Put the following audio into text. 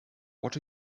what